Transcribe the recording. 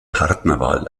partnerwahl